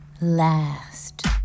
last